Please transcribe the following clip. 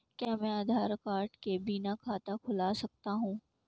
क्या मैं आधार कार्ड के बिना खाता खुला सकता हूं?